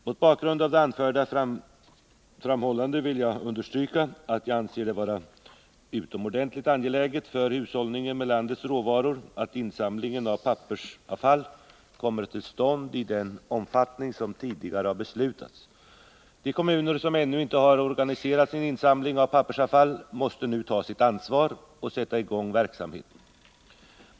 Mot bakgrunden av nu anförda förhållanden vill jag understryka att jag anser det vara utomordentligt angeläget för hushållningen med landets råvaror att insamlingen av pappersavfall kommer till stånd i den omfattning som tidigare har beslutats. De kommuner som ännu inte har organiserat sin insamling av pappersavfall måste nu ta sitt ansvar och sätta i gång verksamheten.